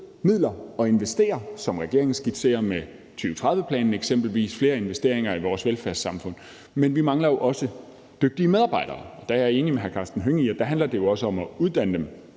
midler at investere, som regeringen skitserer med 2030-planen, eksempelvis investeringer i vores velfærdssamfund, men vi mangler jo også dygtige medarbejdere. Der er jeg enig med hr. Karsten Hønge i, at det jo også handler om at uddanne dem